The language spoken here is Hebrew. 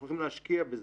אנחנו הולכים להשקיע בזה,